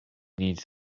needs